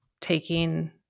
taking